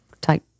type